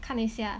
看一下